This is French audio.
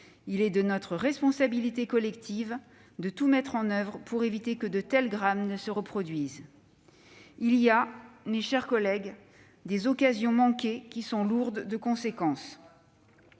Il est de notre responsabilité collective de tout mettre en oeuvre pour éviter que de tels drames ne se reproduisent. Il y a, mes chers collègues, des occasions manquées qui sont lourdes de conséquences.